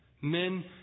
men